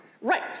Right